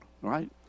right